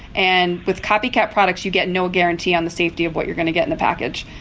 and with copycat products, you get no guarantee on the safety of what you're going to get in the package.